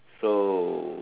so